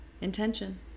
Intention